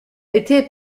été